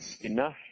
enough